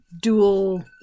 dual